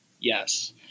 yes